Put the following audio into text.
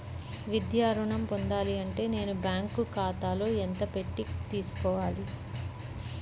విద్యా ఋణం పొందాలి అంటే నేను బ్యాంకు ఖాతాలో ఎంత పెట్టి తీసుకోవాలి?